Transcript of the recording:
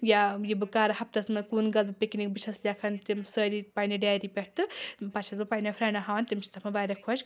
یا یہِ بہٕ کَرٕ ہفتَس منٛز کُن گژھہٕ بہٕ پِکنِک بہٕ چھیٚس لیکھان تِم سٲری پننہِ ڈایری پٮ۪ٹھ تہٕ پَتہٕ چھیٚس بہٕ پننیٚن فرٛیٚنٛڈن ہاوان تِم چھِ تَتھ واریاہ خۄش